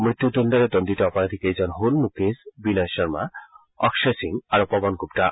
মৃত্যূদণ্ডেৰে দণ্ডিত অপৰাধীকেইজন হল মুকেশ বিনয় শৰ্মা অক্ষয় সিং আৰু পৱন গুপ্তা